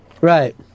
Right